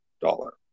dollar